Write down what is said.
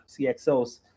CXOs